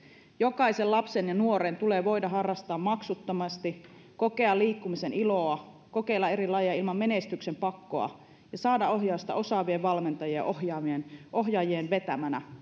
jokaisen lapsen ja nuoren tulee voida harrastaa maksuttomasti kokea liikkumisen iloa kokeilla eri lajeja ilman menestyksen pakkoa ja saada ohjausta osaavien valmentajien ja ohjaajien vetämänä